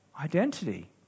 identity